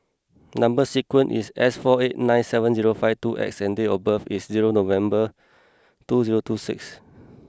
number sequence is S four eight nine seven zero five two X and date of birth is zero November two zero two six